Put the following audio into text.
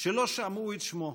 שלא שמעו את שמו,